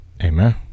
amen